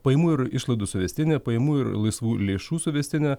pajamų ir išlaidų suvestinė pajamų ir laisvų lėšų suvestinė